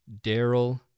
Daryl